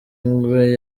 ingwe